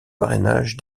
parrainage